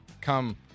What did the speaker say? come